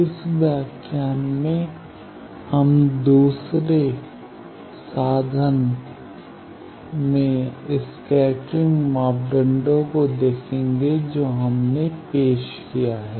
इन व्याख्यान में हम दूसरे साधन में स्कैटरिंग मापदंडों को देखेंगे जो हमने पेश किया है